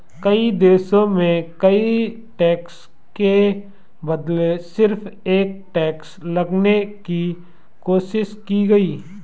कई देशों में कई टैक्स के बदले सिर्फ एक टैक्स लगाने की कोशिश की गयी